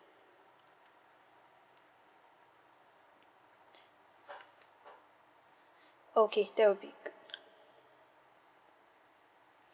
okay that will be